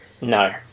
No